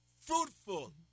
fruitful